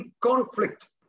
conflict